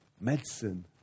medicine